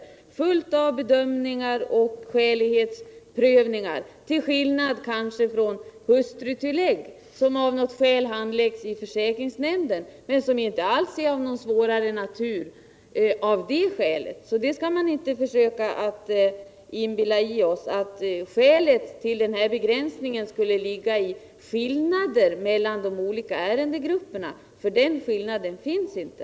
Det är alltså fråga om mängder av bedömningar och skälighetsprövningar — till skillnad från ärenden om hustrutillägg, som av något skäl handläggs i försäkringsnämnderna men som trots detta inte är ärenden av svårare natur. Man skall alltså inte försöka inbilla oss att skälet till begränsningen skulle ligga i skillnaden mellan de olika ärendegrupperna. Någon sådan skillnad finns inte.